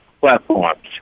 platforms